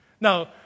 Now